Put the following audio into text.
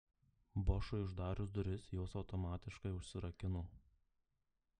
bošui uždarius duris jos automatiškai užsirakino